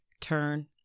Turn